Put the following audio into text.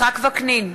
יצחק וקנין,